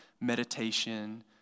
meditation